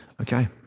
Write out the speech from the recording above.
Okay